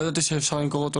לא ידעתי שאפשר למכור אותו,